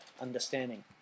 understanding